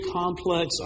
complex